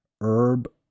herb